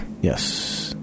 Yes